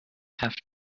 have